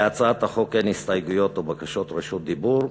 להצעת החוק אין הסתייגויות או בקשות רשות דיבור.